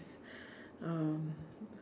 um